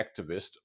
activist